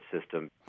system